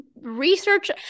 research